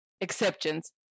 exceptions